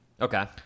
Okay